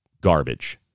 garbage